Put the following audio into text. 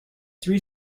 three